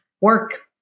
work